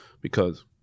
because-